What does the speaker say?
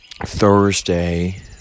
Thursday